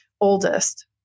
oldest